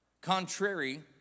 Contrary